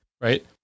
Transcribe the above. Right